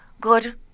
good